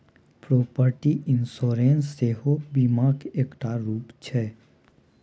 property insurance सेहो बीमाक एकटा रुप छै